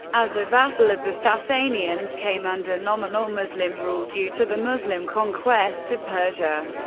as a vassal of the sasanians, came under nominal muslim rule due to the muslim conquest of persia.